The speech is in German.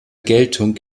geltung